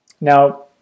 now